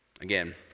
Again